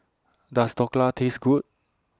Does Dhokla Taste Good